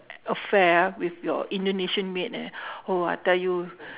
affair ah with your indonesian maid ah oh I tell you